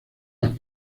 las